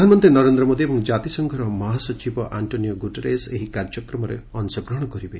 ପ୍ରଧାନମନ୍ତ୍ରୀ ନରେନ୍ଦ୍ର ମୋଦି ଏବଂ ଜାତିସଂଘର ମହାସଚିବ ଆକ୍ଷୋନିଓ ଗୁଟେରସ୍ ଏହି କାର୍ଯ୍ୟକ୍ରମରେ ଅଂଶଗ୍ରହଣ କରିବେ